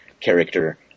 character